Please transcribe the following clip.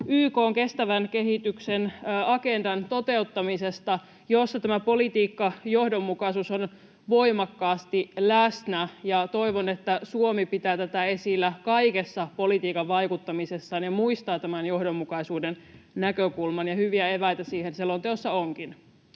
YK:n kestävän kehityksen agendan toteuttamisesta, jossa tämä politiikkajohdonmukaisuus on voimakkaasti läsnä. Toivon, että Suomi pitää tätä esillä kaikessa politiikan vaikuttamisessaan ja muistaa tämän johdonmukaisuuden näkökulman. Ja hyviä eväitä siihen selonteossa onkin.